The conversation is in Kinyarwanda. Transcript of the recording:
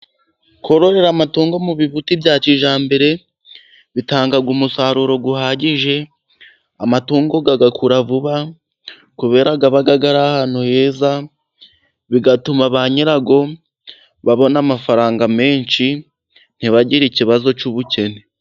Kororera amatungo mu bibuti bya kijyambere bitanga umusaruro uhagije, amatungo agakura vuba, kubera aba ari ahantu heza, bigatuma ba nyirayo babona amafaranga menshi, ntibagire ikibazo cy'ubukene.